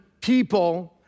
people